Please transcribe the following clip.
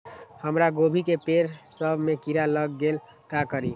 हमरा गोभी के पेड़ सब में किरा लग गेल का करी?